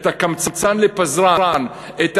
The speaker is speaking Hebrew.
את הקמצן לפזרן, את